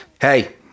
hey